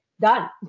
done